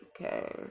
okay